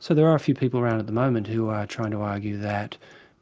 so there are a few people around at the moment who are trying to argue that